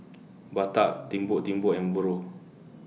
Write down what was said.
Bata Timbuk Timbuk Umbro